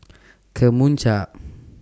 Kemunchup